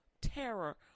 terror